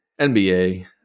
NBA